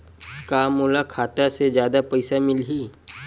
का मोला खाता से जादा पईसा मिलही?